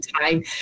time